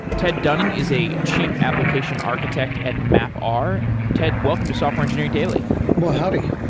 ted dunning is a chief application architect at mapr. ted, welcome to software engineering daily well, howdy?